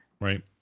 right